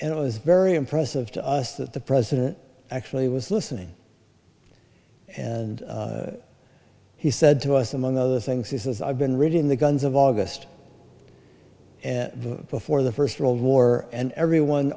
and it was very impressive to us that the president actually was listening and he said to us among other things he says i've been reading the guns of august before the first world war and everyone